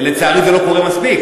לצערי, זה לא קורה מספיק.